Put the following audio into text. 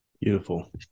Beautiful